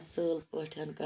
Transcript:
اَصل پٲٹھۍ